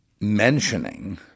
mentioning